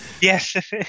Yes